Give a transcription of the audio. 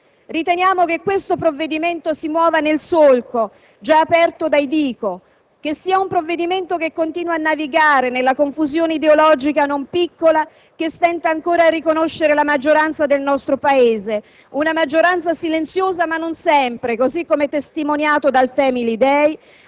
Riteniamo che questo provvedimento si muova nel solco già aperto dai DICO. Esso continua a navigare nella confusione ideologica, non piccola, che stenta ancora a riconoscere la maggioranza del nostro Paese, una maggioranza silenziosa, ma non sempre, così come testimoniato dal *Family Day*,